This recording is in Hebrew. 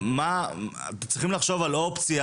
צריכים לחשוב על אופציה,